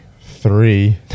three